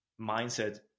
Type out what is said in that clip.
mindset